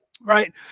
Right